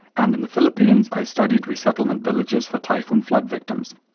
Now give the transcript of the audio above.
and in the philippines i studied resettlement villages for typhoon flood victims.